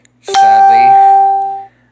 Sadly